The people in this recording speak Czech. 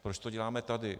Proč to děláme tady?